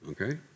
Okay